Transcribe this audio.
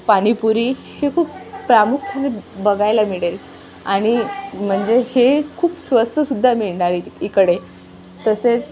पाणीपुरी हे खूप प्रामुख्याने बघायला मिळेल आणि म्हणजे हे खूप स्वस्त सुद्धा मिळणार इकडे तसेच